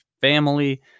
family